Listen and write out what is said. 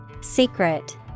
Secret